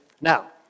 Now